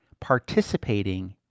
participating